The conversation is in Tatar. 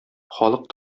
халык